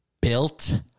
Built